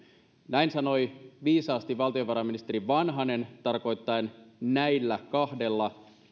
näin sanoi viisaasti valtiovarainministeri vanhanen tarkoittaen näillä kahdella